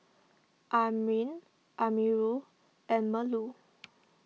Amrin Amirul and Melur